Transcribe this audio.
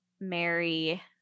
Mary